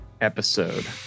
episode